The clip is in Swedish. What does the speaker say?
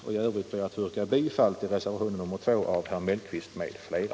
Jag ber att få yrka bifall till reservationen 2 av herr Mellqvist m.fl.